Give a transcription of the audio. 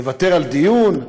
לוותר על הדיון?